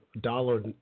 dollar